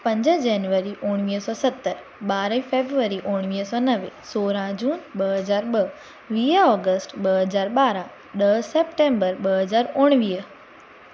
पंज जनवरी उणिवीह सौ सतरि ॿारहीं फेब्रुअरी उणिवीह सौ नवे सोरहां जुन ॿ हज़ार ॿ वीह अगस्ट ॿ हज़ार ॿारहां ॾह सप्टेंबर ॿ हज़ार उणिवीह